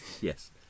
Yes